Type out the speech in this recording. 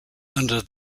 under